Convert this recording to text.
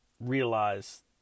realize